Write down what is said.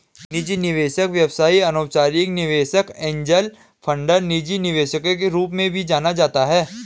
निजी निवेशक व्यवसाय अनौपचारिक निवेशक एंजेल फंडर निजी निवेशक रूप में भी जाना जाता है